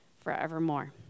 forevermore